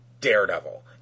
Daredevil